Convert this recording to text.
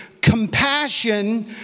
compassion